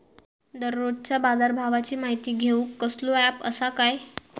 दररोजच्या बाजारभावाची माहिती घेऊक कसलो अँप आसा काय?